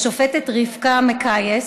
השופטת רבקה מקייס,